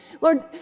Lord